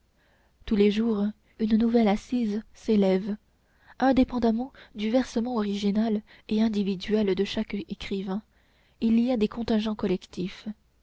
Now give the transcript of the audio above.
tous les jours une nouvelle assise s'élève indépendamment du versement original et individuel de chaque écrivain il y a des contingents collectifs